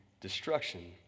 destruction